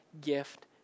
gift